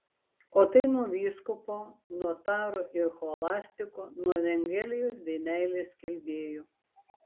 o tai nuo vyskupo notaro ir scholastiko nuo evangelijos bei meilės skelbėjų